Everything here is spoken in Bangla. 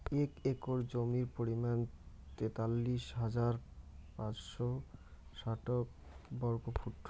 এক একর জমির পরিমাণ তেতাল্লিশ হাজার পাঁচশ ষাইট বর্গফুট